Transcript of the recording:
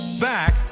back